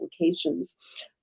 applications